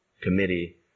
committee